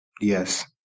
Yes